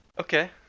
Okay